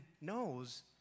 knows